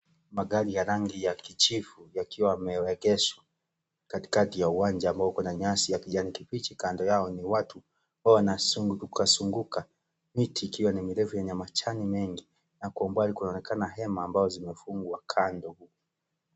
Magari ya rangi ya kijivu yakiwa yamewegeshwa katikati ya uwanja ambayo unanyasi yakijani kibichi, kando yao ni watu ambao wanazungukazunguka, miti ikiwa ni mirefu yenye majani mengi na kwa umbali kunaonekana hema ambao zimefungwa kando.